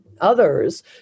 others